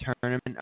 tournament